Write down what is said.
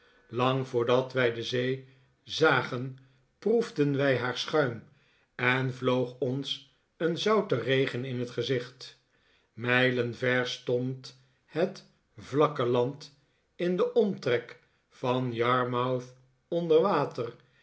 lang voordat wij de zee zagen proefden wij haar schuim en vloog ons een zoute regen in het gezicht mijlen ver stond het vlakke land in den omtrek van yarmouth